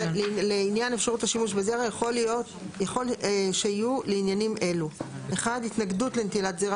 לעניין אפשרות השימוש בזרע שיהיו לעניינים אלו: (1) התנגדות לנטילת זרע